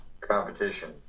competition